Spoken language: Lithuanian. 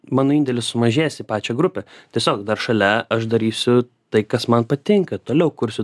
mano indėlis sumažės į pačią grupę tiesiog dar šalia aš darysiu tai kas man patinka toliau kursiu